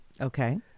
Okay